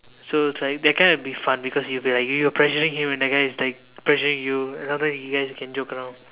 so it was like that kind will be fun because you be like pressuring him and that guy is like pressuring you then after that you guys can joke around